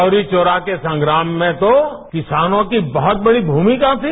चौरी चौरा के संग्राम में तो किसानों की बहुत बड़ीमुमिका थी